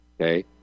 okay